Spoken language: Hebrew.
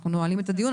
אנחנו נועלים את הדיון.